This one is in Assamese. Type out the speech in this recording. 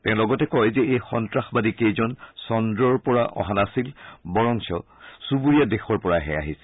তেওঁ লগতে কয় যে এই সন্নাসবাদীকেইজন চন্দ্ৰৰপৰা অহা নাছিল বৰঞ্চ চুবুৰীয়া দেশৰপৰাহে আহিছিল